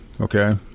okay